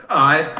aye.